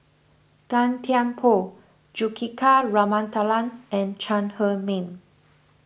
Gan Thiam Poh Juthika Ramanathan and Chong Heman